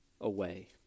away